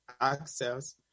access